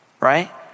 Right